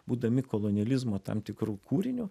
būdami kolonializmo tam tikru kūriniu